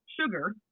sugar